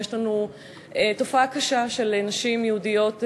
יש לנו תופעה קשה של נשים יהודיות עגונות,